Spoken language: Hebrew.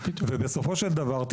ובסופו של דבר,